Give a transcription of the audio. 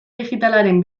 digitalaren